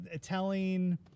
telling